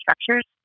structures